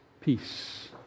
peace